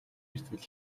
эсвэл